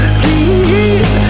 please